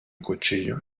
cuchillo